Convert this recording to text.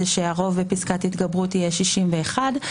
שהרוב בפסקת התגברות יהיה 61,